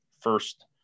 first